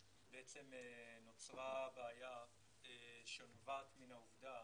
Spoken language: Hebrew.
בעצם, נוצרה בעיה שנובעת מן העובדה